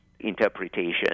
interpretation